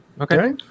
Okay